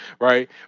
right